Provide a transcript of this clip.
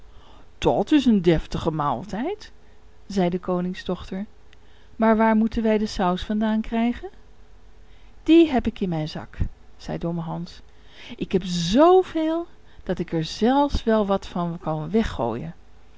dat is een deftige maaltijd zei de koningsdochter maar waar moeten wij de saus vandaan krijgen die heb ik in mijn zak zei domme hans ik heb zoo veel dat ik er zelfs wel wat van kan weggooien